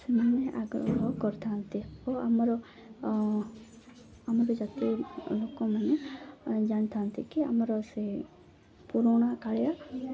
ସେମାନେ ଆଗ୍ରହ କରିଥାନ୍ତି ଓ ଆମର ଆମର ଜାତୀୟ ଲୋକମାନେ ଜାଣିଥାନ୍ତି କି ଆମର ସେ ପୁରୁଣା କାଳିଆ